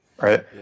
Right